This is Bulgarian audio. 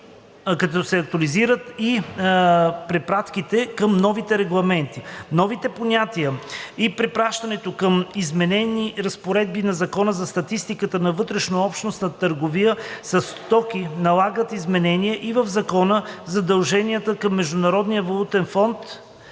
както се актуализират и препратките към новите регламенти. Новите понятия и препращането към изменени разпоредби на Закона за статистиката на вътрешнообщностната търговия със стоки налагат изменения и в Закона за задълженията към Международния фонд